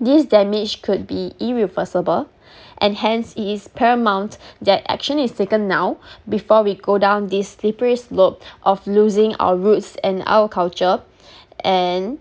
this damage could be irreversible and hence it is paramount that action is taken now before we go down this slippery slope of losing our roots and our culture and